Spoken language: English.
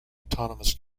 autonomous